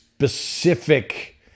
specific